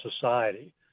society